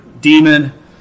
demon